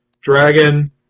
Dragon